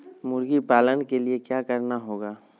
मुर्गी पालन के लिए क्या करना होगा?